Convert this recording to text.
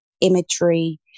imagery